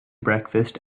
breakfast